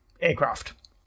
aircraft